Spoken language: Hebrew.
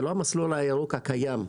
זה לא המסלול הירוק הקיים.